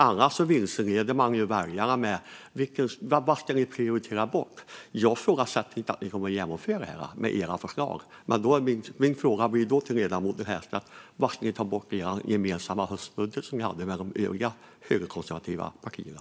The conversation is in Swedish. Annars vilseleder man väljarna. Vad ska ni prioritera bort? Jag ifrågasätter inte att ni kommer att genomföra era förslag, men min fråga till ledamoten Herrstedt blir: Vad ska ni ta bort i er gemensamma höstbudget, som ni hade med de övriga högerkonservativa partierna?